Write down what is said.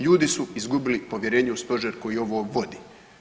Ljudi su izgubili povjerenje u stožer koji ovo vodi.